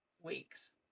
weeks